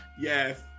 Yes